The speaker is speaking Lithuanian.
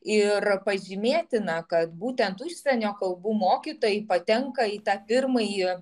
ir pažymėtina kad būtent užsienio kalbų mokytojai patenka į tą pirmąjį